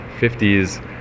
50s